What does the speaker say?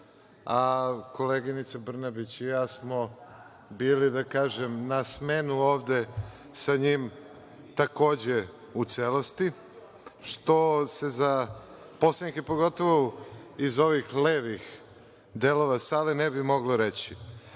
a koleginica Brnabić i ja smo bili, da kažem, na smenu ovde sa njim, takođe u celosti, što se za poslanike pogotovo iz ovih levih delova sale ne bi moglo